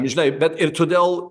žinai bet ir todėl